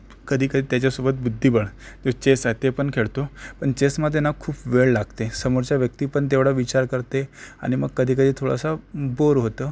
कधीकधी त्याच्यासोबत बुद्धिबळ चेस आहे ते पण खेळतो पण चेसमध्ये ना खूप वेळ लागते समोरचा व्यक्ती पण तेवढा विचार करते आणि मग कधीकधी थोडासा बोर होतं